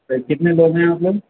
سر کتنے لوگ ہیں آپ لوگ